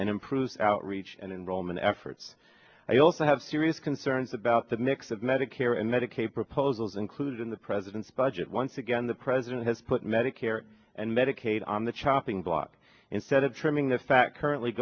and improves outreach and in roman efforts i also have serious concerns about the mix of medicare and medicaid proposals included in the president's budget once again the president has put medicare and medicaid on the chopping block instead of trimming the fat currently